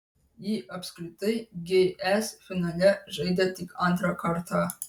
ji apskritai gs finale žaidė tik antrą kartą